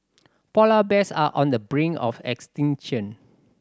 polar bears are on the brink of extinction